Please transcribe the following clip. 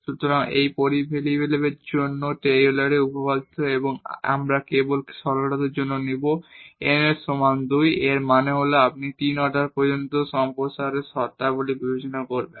সুতরাং এটি দুটি ভেরিয়েবলের জন্য টেইলরের উপপাদ্য এবং আমরা কেবল সরলতার জন্য নিব n এর সমান 2 এর মানে হল আপনি 3 অর্ডার পর্যন্ত সম্প্রসারণের শর্তাবলী বিবেচনা করবেন